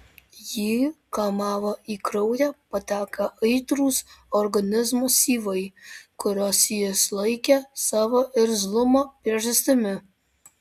jį kamavo į kraują patekę aitrūs organizmo syvai kuriuos jis laikė savo irzlumo priežastimi